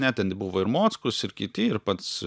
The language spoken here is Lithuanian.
ne ten buvo ir mockus ir kiti ir pats